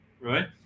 right